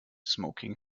smoking